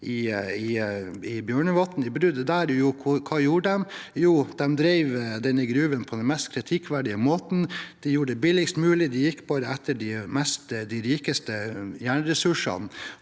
i Bjørne vatn. Hva gjorde de? Jo, de drev denne gruven på den mest kritikkverdige måten. De gjorde det billigst mulig, de gikk bare etter de rikeste jernressursene